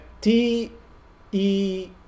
T-E